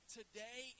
today